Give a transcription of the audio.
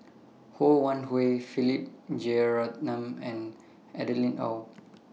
Ho Wan Hui Philip Jeyaretnam and Adeline Ooi